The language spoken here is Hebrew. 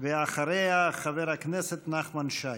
אחריה, חבר הכנסת נחמן שי.